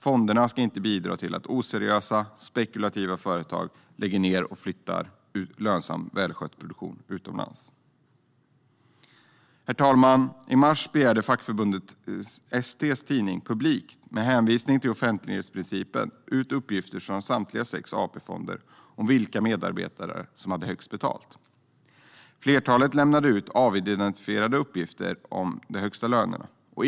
Fonderna ska inte bidra till att oseriösa, spekulativa företag lägger ned och flyttar lönsam och välskött produktion utomlands. Herr talman! I mars begärde fackförbundet ST:s tidning Publikt med hänvisning till offentlighetsprincipen ut uppgifter från samtliga sex AP-fonder om vilka medarbetare som hade högst betalt. Flertalet lämnade ut avidentifierade uppgifter om de högsta lönerna.